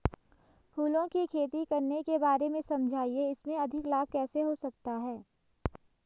फूलों की खेती करने के बारे में समझाइये इसमें अधिक लाभ कैसे हो सकता है?